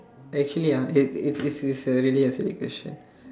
actually ah it it is a really a silly question